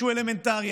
שהוא אלמנטרי,